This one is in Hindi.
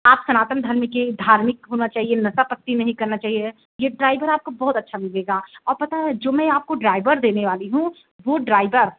आप सनातन धर्म के धार्मिक होना चाहिए नसापत्ति नहीं करना चाहिए यह ड्राइवर आपको बहुत अच्छा मिलेगा और पता है जो मैं आपको ड्राइवर देने वाली हूँ वह ड्राइवर